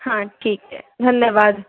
हाँ ठीक है धन्यवाद